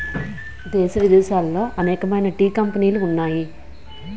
దేశ విదేశాలలో అనేకమైన టీ కంపెనీలు ఉన్నాయి